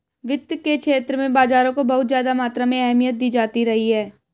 वित्त के क्षेत्र में बाजारों को बहुत ज्यादा मात्रा में अहमियत दी जाती रही है